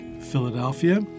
Philadelphia